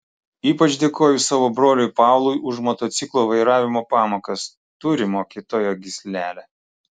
ypač dėkoju savo broliui paului už motociklo vairavimo pamokas turi mokytojo gyslelę